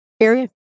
area